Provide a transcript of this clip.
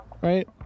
right